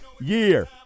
year